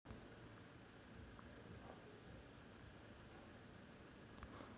रोहू, कटला, इलीस इ भारतीय माशांचे प्रकार आहेत